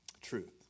truth